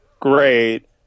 great